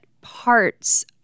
parts